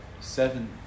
seven